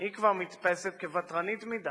היא כבר נתפסת כוותרנית מדי.